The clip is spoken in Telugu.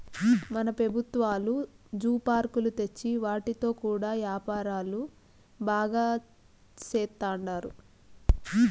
మన పెబుత్వాలు జూ పార్కులు తెచ్చి వాటితో కూడా యాపారం బాగా సేత్తండారు